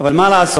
אבל מה לעשות,